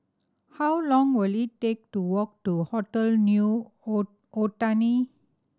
how long will it take to walk to Hotel New Otani